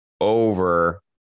over